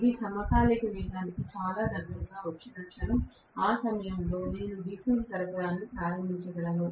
ఇది సమకాలిక వేగానికి చాలా దగ్గరగా వచ్చిన క్షణం ఆ సమయంలో నేను DC సరఫరాను ప్రారంభించగలను